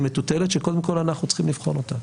היא מטוטלת שקודם כל אנחנו צריכים לבחון אותה.